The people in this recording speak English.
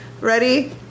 Ready